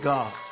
God